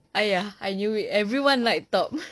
!aiya! I knew it everyone like top